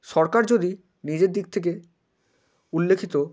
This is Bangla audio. সরকার যদি নিজের দিক থেকে উল্লেখিত